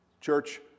Church